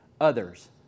others